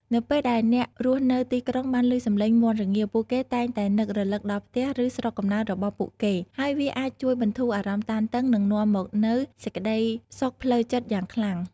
នៅពេលដែលអ្នករស់នៅទីក្រុងបានឮសំឡេងមាន់រងាវ ពួកគេតែងតែនឹករលឹកដល់ផ្ទះ ឬស្រុកកំណើតរបស់ពួកគេ ហើយវាអាចជួយបន្ធូរអារម្មណ៍តានតឹង និងនាំមកនូវសេចក្តីសុខផ្លូវចិត្តយ៉ាងខ្លាំង។